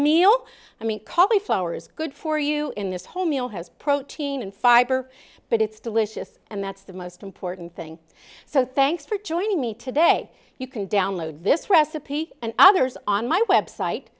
meal i mean call the flowers good for you in this whole meal has protein and fiber but it's delicious and that's the most important thing so thanks for joining me today you can download this recipe and others on my website